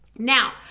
Now